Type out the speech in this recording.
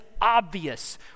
obvious